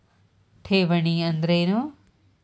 ಠೇವಣಿ ಅಂದ್ರೇನು?